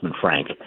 Frank